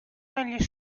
negli